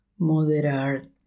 moderar